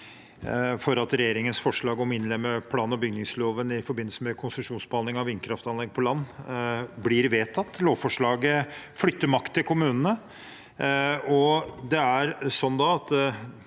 vedta regjeringens forslag om å innlemme plan- og bygningsloven i forbindelse med konsesjonsbehandling av vindkraftanlegg på land. Lovforslaget flytter makt til kommunene,